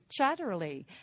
Chatterley